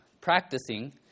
practicing